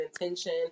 intention